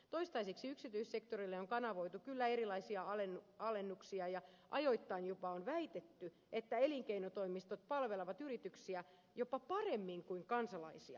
toistaiseksi yksityissektorille on kanavoitu kyllä erilaisia alennuksia ja ajoittain jopa on väitetty että elinkeinotoimistot palvelevat yrityksiä jopa paremmin kuin kansalaisia